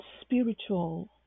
spiritual